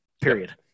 period